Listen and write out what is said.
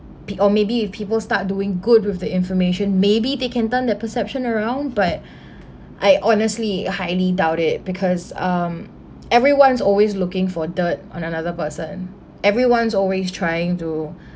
p~ or maybe if people start doing good with the information maybe they can turn their perception around but I honestly highly doubt it because um everyone's always looking for dirt on another person everyone's always trying to